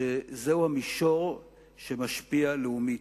שזהו המישור שמשפיע לאומית.